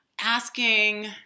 asking